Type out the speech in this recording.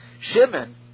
Shimon